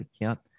account